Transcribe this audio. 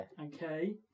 okay